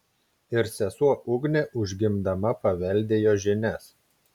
ir sesuo ugnė užgimdama paveldėjo žinias